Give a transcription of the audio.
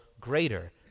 greater